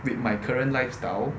with my current lifestyle